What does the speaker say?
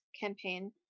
campaign